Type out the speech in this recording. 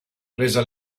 presa